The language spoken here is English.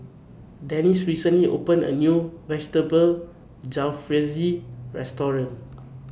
Dessie recently opened A New Vegetable Jalfrezi Restaurant